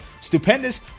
stupendous